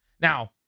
Now